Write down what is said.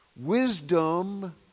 Wisdom